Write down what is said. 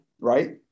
right